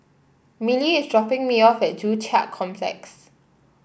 Milly is dropping me off at Joo Chiat Complex